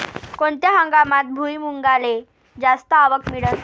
कोनत्या हंगामात भुईमुंगाले जास्त आवक मिळन?